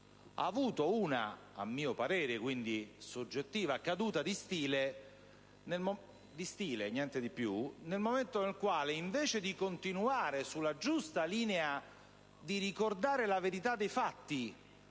ha avuto, a mio parere (quindi è soggettivo), una caduta di stile - niente di più - nel momento in cui, invece di continuare sulla giusta linea di ricordare la verità dei fatti,